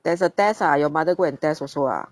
there is a test ah your mother go and test also ah